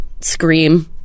scream